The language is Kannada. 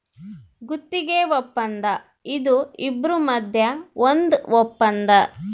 ಗುತ್ತಿಗೆ ವಪ್ಪಂದ ಇದು ಇಬ್ರು ಮದ್ಯ ಒಂದ್ ವಪ್ಪಂದ